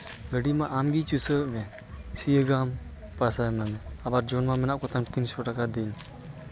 ᱜᱟᱹᱰᱤ ᱢᱟ ᱟᱢᱜᱮ ᱪᱩᱥᱟᱹᱣᱮᱫ ᱢᱮ ᱥᱤᱭᱳᱜᱼᱟᱢ ᱯᱚᱭᱥᱟ ᱮᱢᱟᱭ ᱢᱮ ᱟᱵᱟᱨ ᱡᱚᱱ ᱢᱟ ᱢᱮᱱᱟᱜ ᱠᱚᱛᱟᱢ ᱛᱤᱱᱥᱚ ᱴᱟᱠᱟ ᱫᱤᱱ